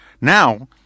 now